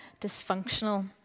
dysfunctional